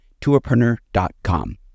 tourpreneur.com